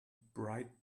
bright